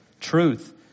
Truth